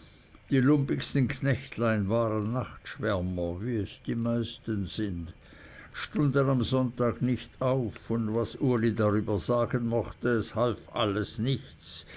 die lumpigsten knechtlein waren nachtschwärmer wie es die meisten sind stunden am sonntag nicht auf und was uli darüber sagen mochte es half alles nichts